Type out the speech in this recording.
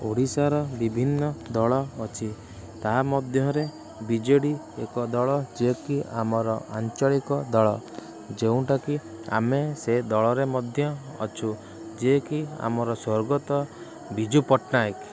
ଓଡ଼ିଶାର ବିଭିନ୍ନ ଦଳ ଅଛି ତା ମଧ୍ୟରେ ବିଜେଡ଼ି ଏକ ଦଳ ଯିଏକି ଆମର ଆଞ୍ଚଳିକ ଦଳ ଯେଉଁଟାକି ଆମେ ସେ ଦଳରେ ମଧ୍ୟ ଅଛୁ ଯିଏକି ଆମର ସ୍ଵର୍ଗତ ବିଜୁ ପଟ୍ଟାନାୟକ